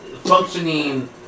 Functioning